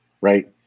Right